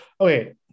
okay